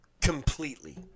completely